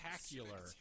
Spectacular